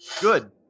good